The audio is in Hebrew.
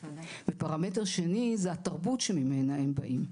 ופרמטר שני זו התרבות שממנה הם באים.